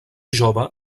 jove